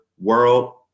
world